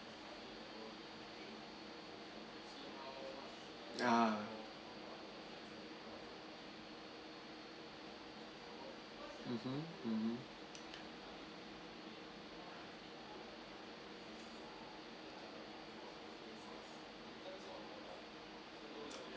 yeah mmhmm mmhmm